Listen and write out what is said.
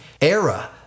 era